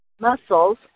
muscles